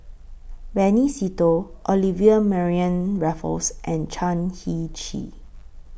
Benny Se Teo Olivia Mariamne Raffles and Chan Heng Chee